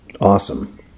awesome